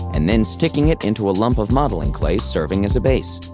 and then sticking it into a lump of modeling clay serving as a base.